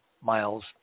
miles